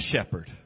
shepherd